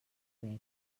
beca